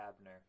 Abner